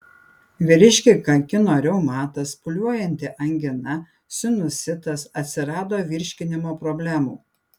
vyriškį kankino reumatas pūliuojanti angina sinusitas atsirado virškinimo problemų